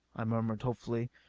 i murmured hopefully.